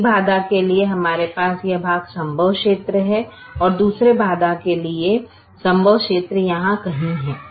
एक बाधा के लिए हमारे पास यह भाग संभव क्षेत्र है और दूसरे बाधा के लिए संभव क्षेत्र यहां कहीं है